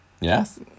Yes